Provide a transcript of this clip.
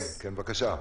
כן, בבקשה.